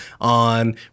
on